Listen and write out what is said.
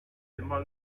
immer